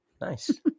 nice